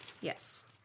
Yes